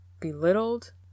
belittled